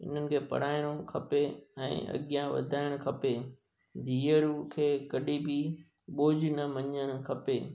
हिननि खे पढ़ाइणो खपे ऐं अॻियां वधाइणु खपे धीअरू खे कढी बि बोझ न मञणु खपे